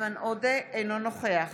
אינו נוכח